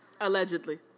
Allegedly